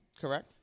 Correct